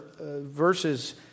verses